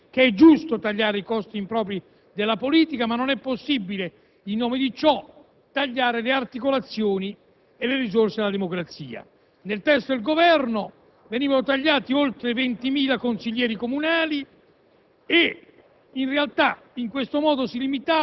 che è giusto tagliare i costi impropri della politica ma non è possibile, in nome di ciò, tagliare le articolazioni e le risorse della democrazia. Nel testo del Governo venivano tagliati oltre 20.000 consiglieri comunali